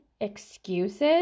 excuses